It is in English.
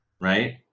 right